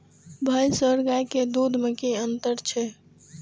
भैस और गाय के दूध में कि अंतर छै?